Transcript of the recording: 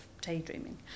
daydreaming